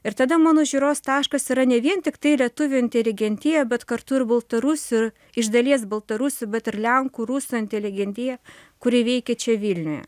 ir tada mano žiūros taškas yra ne vien tiktai lietuvių inteligentija bet kartu ir baltarusių iš dalies baltarusių bet ir lenkų rusų inteligentija kuri veikė čia vilniuje